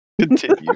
Continue